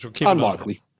Unlikely